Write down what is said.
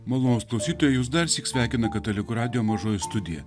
malonūs klausytojai jus darsyk sveikina katalikų radijo mažoji studija